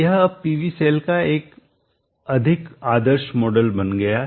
यह अब PV cell का एक अधिक आदर्श मॉडल बन गया है